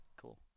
cool